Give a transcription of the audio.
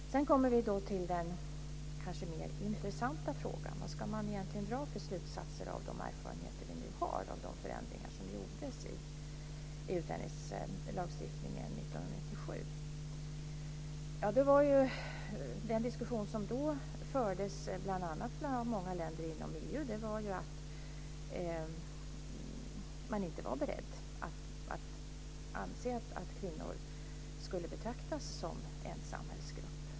Sedan kommer vi till den kanske mer intressanta frågan: Vad ska man egentligen dra för slutsatser av de erfarenheter vi nu har av de förändringar som gjordes i utlänningslagstiftningen 1997? Man sade då, bl.a. i många länder inom EU, att man inte var beredd att anse att kvinnor skulle betraktas som en samhällsgrupp.